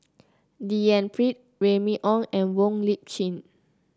D N Pritt Remy Ong and Wong Lip Chin